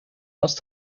else